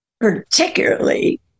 particularly